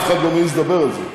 אף אחד לא מעז לדבר על זה.